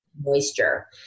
moisture